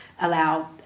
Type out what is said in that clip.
allow